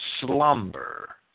slumber